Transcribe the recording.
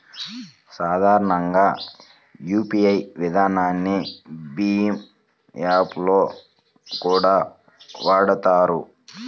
సాధారణంగా యూపీఐ విధానాన్ని భీమ్ యాప్ లో కూడా వాడతారు